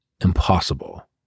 impossible